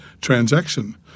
transaction